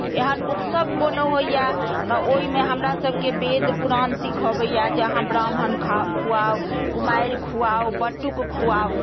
एहन उत्सव कोनो होइए तऽ ओहिमे हमरासभकेँ वेद पुराण सिखबैए जे अहाँ ब्राम्हण खाउ खुआउ कुमारि खुआउ बटुक खुआउ